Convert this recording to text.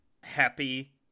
happy